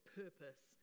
purpose